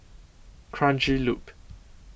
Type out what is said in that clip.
Kranji Loop